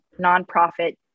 nonprofit